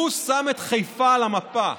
הוא שם את חיפה על המפה.